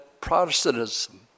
Protestantism